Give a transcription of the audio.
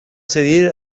cedir